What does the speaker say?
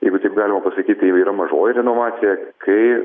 jeigu taip galima pasakyt tai yra mažoji renovacija kai